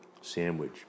sandwich